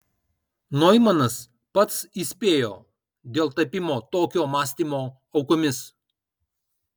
noimanas pats įspėjo dėl tapimo tokio mąstymo aukomis